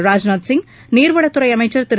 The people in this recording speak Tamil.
ராஜ்நாத் சிங் நீர்வளத்துறை அமைச்சர் திரு